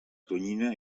tonyina